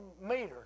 meter